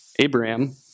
Abraham